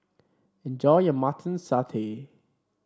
enjoy your Mutton Satay